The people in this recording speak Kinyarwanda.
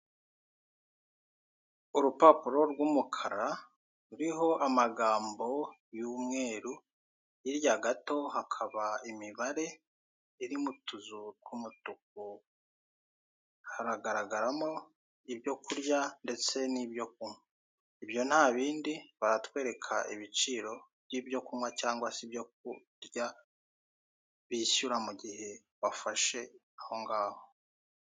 Urupapuro rw'umukara ruriho amagambo y'umweru, hirya gato hakaba imibare iri mu tuzu tw'umutuku, haragaragaramo ibyo kurya ndetse nibyo kunywa, ibyo ntabindi baratwereka ibiciro by'ibyo kunywa cyangwa se ibyo kurya bishyura mu gihe bafashe ahongaho.